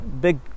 big